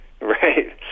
Right